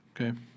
okay